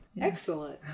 Excellent